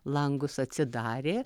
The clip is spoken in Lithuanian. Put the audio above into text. langus atsidarė